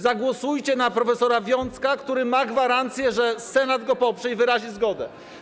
Zagłosujcie na prof. Wiącka, który ma gwarancję, że Senat go poprze, wyrazi zgodę.